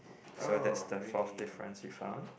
so that's the fourth difference we found